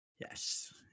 Yes